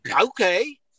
Okay